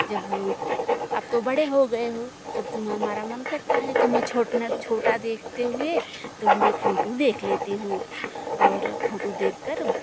जब अब तो बड़े हो गए हो जब तुम हमारा मन करता है तो मैं छोटना छोटा देखते हुए तो मैं फोटो देख लेती हूँ और फोटो देख कर